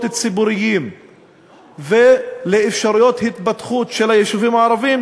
ציבוריים ולאפשרויות התפתחות של היישובים הערביים,